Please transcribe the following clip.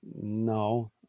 No